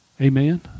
Amen